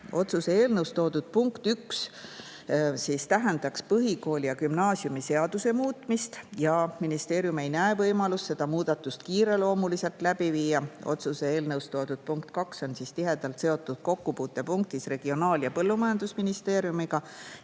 Otsuse eelnõus toodud punkt 1 tähendaks põhikooli- ja gümnaasiumiseaduse muutmist ja ministeerium ei näe võimalust seda muudatust kiireloomuliselt läbi viia. Otsuse eelnõus toodud punkt 2 on tihedalt seotud, kokkupuutes Regionaal- ja Põllumajandusministeeriumiga.